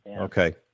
Okay